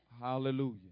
Hallelujah